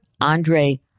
Andre